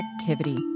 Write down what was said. activity